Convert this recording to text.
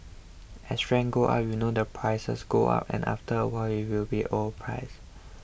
as rents go up you know the prices go up and after a while we'll be overpriced